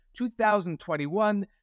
2021